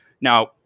Now